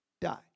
die